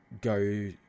go